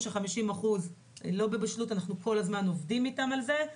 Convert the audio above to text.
50% לא בבשלות וכל הזמן אנחנו עובדים איתם על זה,